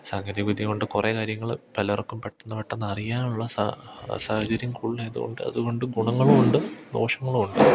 സാങ്കേതികവിദ്യ കൊണ്ട് കുറേ കാര്യങ്ങൾ പലർക്കും പെട്ടെന്ന് പെട്ടെന്ന് അറിയാനുള്ള സാഹചര്യം കൂടുതലായതുകൊണ്ട് അതുകൊണ്ട് ഗുണങ്ങളുമുണ്ട് ദോഷങ്ങളുമുണ്ട്